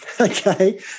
okay